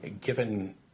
given